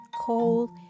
coal